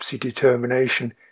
determination